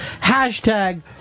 Hashtag